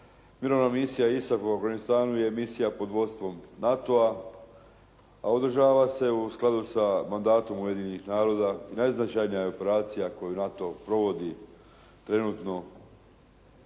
Mirovna misija ISAF u Afganistanu je misija pod vodstvom NATO-a a održava se u skladu sa mandatom Ujedinjenih naroda i najznačajnija je operacija koju NATO provodi trenutno